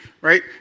right